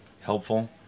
helpful